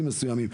מסוימים.